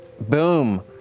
Boom